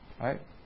right